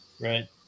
Right